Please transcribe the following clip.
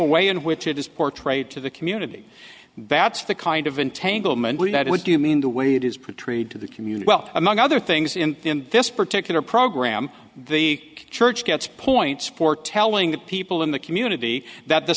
way in which it is portrayed to the community that's the kind of entanglement that would do you mean the way it is pro trade to the community well among other things in this particular program the church gets points for telling the people in the community that the